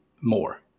more